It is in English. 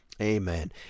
Amen